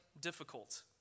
difficult